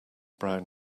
brown